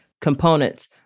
components